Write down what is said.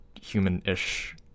human-ish